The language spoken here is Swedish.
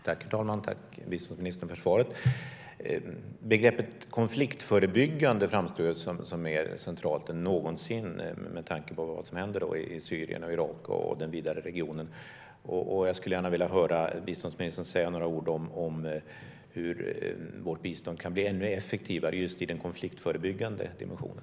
Herr talman! Tack, biståndsministern, för svaret! Begreppet konfliktförebyggande framstår som mer centralt än någonsin med tanke på vad som händer i Syrien, Irak och den vidare regionen. Jag skulle gärna vilja höra biståndsministern säga några ord om hur vårt bistånd kan bli ännu effektivare i just den konfliktförebyggande dimensionen.